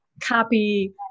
copy